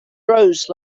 rose